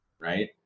right